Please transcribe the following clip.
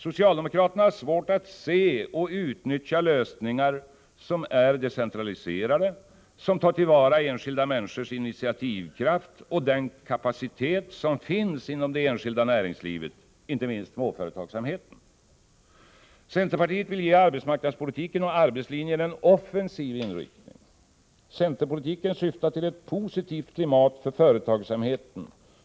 Socialdemokraterna har svårt att se och utnyttja lösningar som innebär decentralisering, som tar till vara enskilda människors initiativkraft och den kapacitet som finns inom det enskilda näringslivet — inte minst småföretagsamheten. Centerpartiet vill ge arbetsmarknadspolitiken och arbetslinjen en offensiv inriktning. Centerpolitiken syftar till ett positivt klimat för företagsamheten.